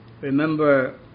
Remember